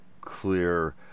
clear